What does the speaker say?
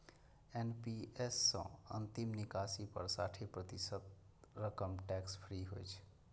NPS सं अंतिम निकासी पर साठि प्रतिशत रकम टैक्स फ्री होइ छै